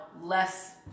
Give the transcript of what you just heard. less